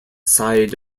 side